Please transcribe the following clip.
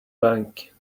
bank